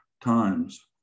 times